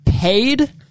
paid